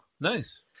Nice